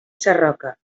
sarroca